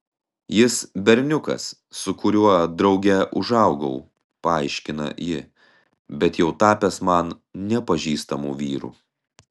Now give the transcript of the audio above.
jis berniukas su kuriuo drauge užaugau paaiškina ji bet jau tapęs man nepažįstamu vyru